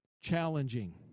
challenging